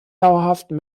dauerhaften